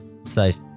safe